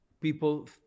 people